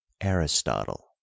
aristotle